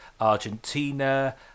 argentina